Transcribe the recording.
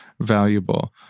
valuable